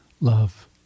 love